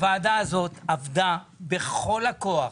הוועדה הזאת עבדה בכל הכוח